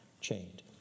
chained